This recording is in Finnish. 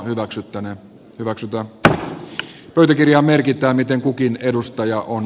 ilmoitan että pöytäkirjaan merkitään miten kukin edustaja on